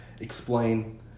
explain